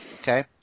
Okay